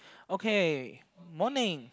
okay morning